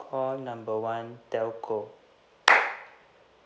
call number one telco